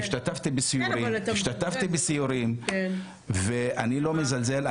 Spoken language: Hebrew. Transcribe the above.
מירב, אני השתתפתי בסיורים ואני לא מזלזל.